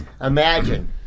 Imagine